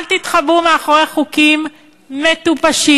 אל תתחבאו מאחורי חוקים מטופשים.